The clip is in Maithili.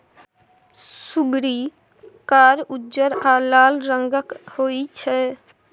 सुग्गरि कार, उज्जर आ लाल रंगक होइ छै